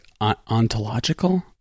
ontological